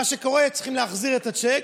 מה שקורה הוא, צריכים להחזיר את הצ'ק.